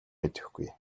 мэдэхгүй